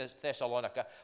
Thessalonica